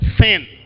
sin